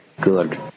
Good